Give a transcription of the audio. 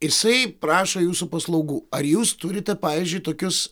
jisai prašo jūsų paslaugų ar jūs turite pavyzdžiui tokius